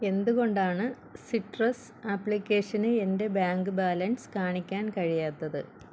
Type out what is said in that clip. എന്തുകൊണ്ടാണ് സിട്രസ് ആപ്ലിക്കേഷന് എൻ്റെ ബാങ്ക് ബാലൻസ് കാണിക്കാൻ കഴിയാത്തത്